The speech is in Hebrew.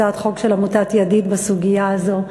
הצעת חוק של עמותת "ידיד" בסוגיה הזאת,